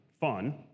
fun